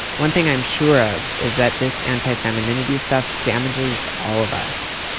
one thing i'm sure of is that this anti-femininity stuff damages all of us.